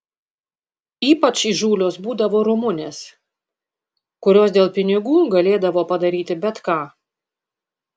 ypač įžūlios būdavo rumunės kurios dėl pinigų galėdavo padaryti bet ką